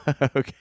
okay